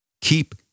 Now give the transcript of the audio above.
Keep